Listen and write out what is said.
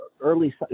early –